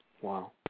wow